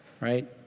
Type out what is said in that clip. Right